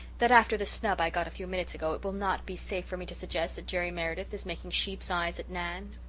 that after the snub i got a few minutes ago it will not be safe for me to suggest that jerry meredith is making sheep's eyes at nan.